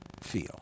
feel